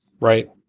right